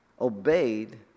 obeyed